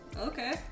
Okay